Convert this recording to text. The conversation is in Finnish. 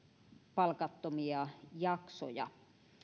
palkattomia jaksoja